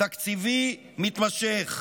תקציבי מתמשך,